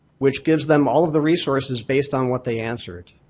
which gives them all of the resources based on what they answered.